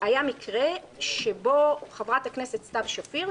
היה מקרה שבו חברת הכנסת סתיו שפיר,